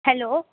hello